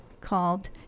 called